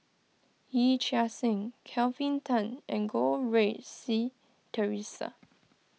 Yee Chia Hsing Kelvin Tan and Goh Rui Si theresa